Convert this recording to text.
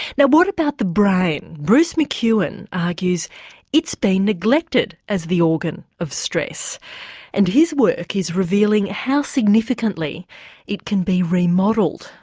yeah what about the brain? bruce mcewen argues it's been neglected as the organ of stress and his work is revealing how significantly it can be remodelled.